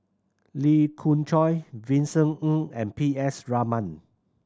Lee Khoon Choy Vincent Ng and P S Raman